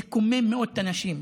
זה קומם מאוד את האנשים.